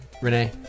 Renee